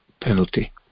penalty